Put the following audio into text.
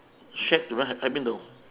shack to rent hai bin dou